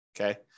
Okay